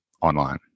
online